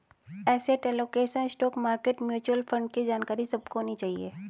asset allocation, stock market, mutual fund की जानकारी सबको होनी चाहिए